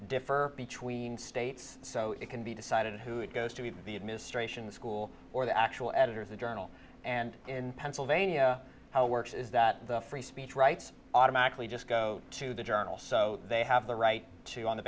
differ between states so it can be decided who it goes to the administration the school or the actual editor of the journal and in pennsylvania how it works is that the free speech rights automatically just go to the journal so they have the right to on the